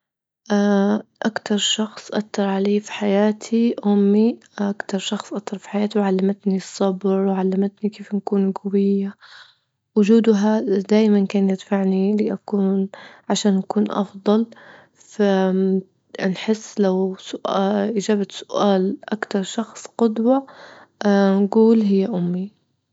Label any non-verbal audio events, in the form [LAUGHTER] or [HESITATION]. أكتر شخص أثر علي في حياتي أمي أكتر شخص أثر في حياتي، وعلمتني الصبر، وعلمتني كيف نكون جوية، وجودها دايما كان يدفعني لأكون عشان أكون أفضل، فنحس لو سؤا- إجابة سؤال أكتر شخص قدوة [HESITATION] نجول هي أمي.